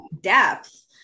depth